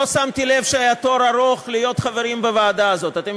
לא שמתי לב שהיה תור ארוך להיות חברים בוועדה הזאת,